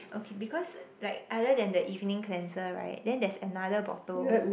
okay because like other than the evening cleanser right then there's another bottle